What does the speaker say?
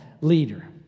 leader